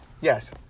Yes